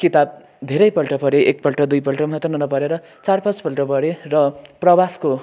किताब धेरैपल्ट पढेँ एकपल्ट दुईपल्ट मात्रै नपढेर चार पाँचपल्ट पढेँ र प्रवासको